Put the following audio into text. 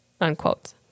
Unquote